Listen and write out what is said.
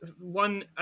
one